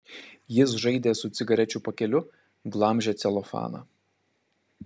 jis žaidė su cigarečių pakeliu glamžė celofaną